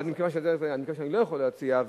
אבל מכיוון שאני לא יכול להציע,